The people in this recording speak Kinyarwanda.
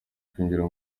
kwinjira